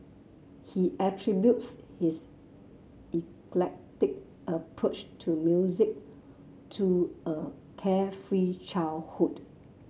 he attributes his eclectic approach to music to a carefree childhood